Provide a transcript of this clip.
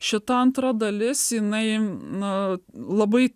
šita antra dalis jinai nu labai